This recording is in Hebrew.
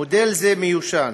מודל זה מיושן